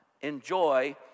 enjoy